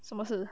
什么事